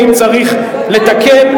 ואם צריך לתקן,